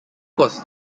was